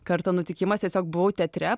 kartą nutikimas tiesiog buvau teatre